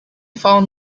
found